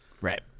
Right